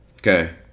Okay